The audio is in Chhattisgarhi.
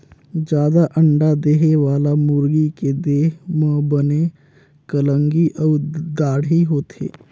जादा अंडा देहे वाला मुरगी के देह म बने कलंगी अउ दाड़ी होथे